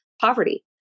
poverty